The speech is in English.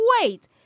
wait